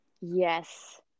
Yes